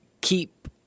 keep